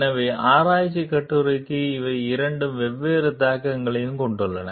எனவே ஆராய்ச்சி கட்டுரைக்கு இவை இரண்டும் வெவ்வேறு தாக்கங்களைக் கொண்டுள்ளன